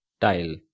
Tile